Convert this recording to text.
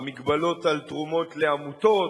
המגבלות על תרומות לעמותות,